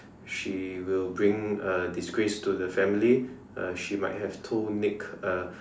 she will bring uh disgrace to the family uh she might have told Nick uh